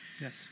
Yes